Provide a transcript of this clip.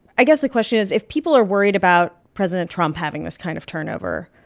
i guess the question is, if people are worried about president trump having this kind of turnover,